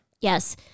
Yes